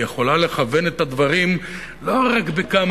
והיא יכולה לכוון את הדברים לא רק בכמה